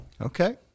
Okay